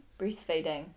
breastfeeding